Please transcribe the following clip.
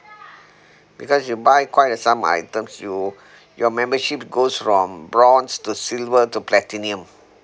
because you buy quite some items you your membership goes from bronze to silver to platinum